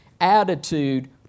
attitude